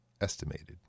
Estimated